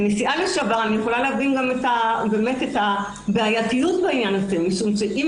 כנשיאה לשעבר אני יכולה להבין את הבעייתיות בעניין הזה משום שאם